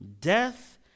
Death